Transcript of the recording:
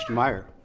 meyer?